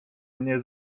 mnie